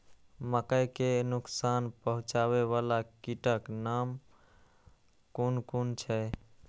मके के नुकसान पहुँचावे वाला कीटक नाम कुन कुन छै?